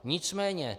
Nicméně